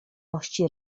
mości